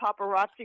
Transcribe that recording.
paparazzi